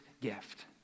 gift